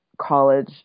college